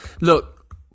Look